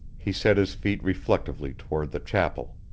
he set his feet reflectively toward the chapel.